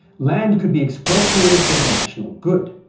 land could be expropriated for the national good.